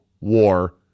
war